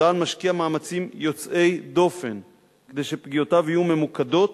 צה"ל משקיע מאמצים יוצאי דופן כדי שפגיעותיו יהיו ממוקדות